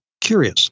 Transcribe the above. curious